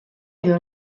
edo